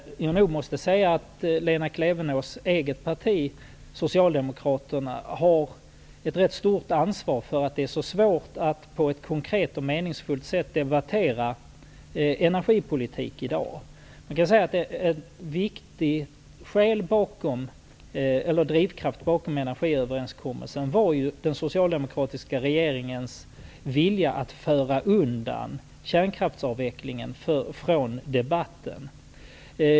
Lena Klevenås eget parti, Socialdemokraterna, har ett rätt stort ansvar för att det är så svårt att på ett konkret och meningsfullt sätt diskutera energipolitik i dag. En viktig drivkraft bakom energiöverenskommelsen var ju den socialdemokratiska regeringens vilja att föra undan kärnkraftsavvecklingen från debatten.